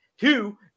Two